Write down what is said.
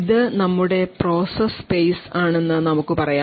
ഇത് നമ്മുടെ process space ആണെന്ന് നമുക്ക് പറയാം